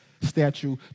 statue